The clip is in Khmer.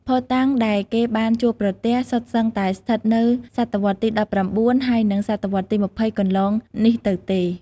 ភស្តុតាងដែលគេបានជួបប្រទះសុទ្ធសឹងតែស្ថិតនៅសតវត្សទី១៩ ហើយនិងសតវត្សរ៍ទី ២០ កន្លងនេះទៅទេ។